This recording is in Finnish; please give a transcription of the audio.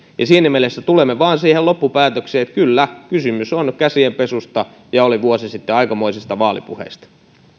ja siinä mielessä tulemme vain siihen loppupäätökseen että kyllä kysymys on käsienpesusta ja kysymys oli vuosi sitten aikamoisista vaalipuheista